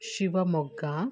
Shivamogga